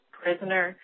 prisoner